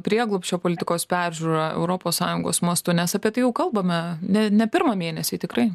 prieglobsčio politikos peržiūra europos sąjungos mastu nes apie tai jau kalbame ne ne pirmą mėnesį tikrai